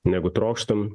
negu trokštam